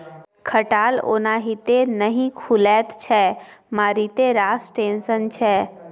खटाल ओनाहिते नहि खुलैत छै मारिते रास टेंशन छै